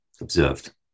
observed